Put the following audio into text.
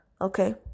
okay